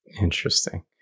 Interesting